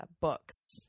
books